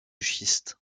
schiste